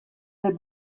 had